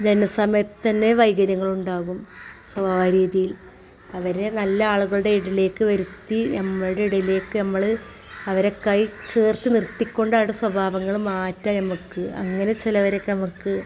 ജനന സമയത്ത് തന്നെ വൈകല്യങ്ങൾ ഉണ്ടാവും സ്വഭാവ രീതിയിൽ അവരെ നല്ല ആളുകളുടെ ഇടയിലേക്ക് വരുത്തി നമ്മുടെ ഇടയിലേക്ക് നമ്മൾ അവരെ കൈ ചേർത്ത് നിർത്തിക്കൊണ്ട് അവരുടെ സ്വഭാവങ്ങൾ മാറ്റാംം നമുക്ക് അങ്ങനെ ചിലവരൊക്കെ നമുക്ക്